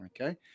okay